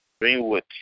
Greenwood